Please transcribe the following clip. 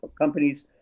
companies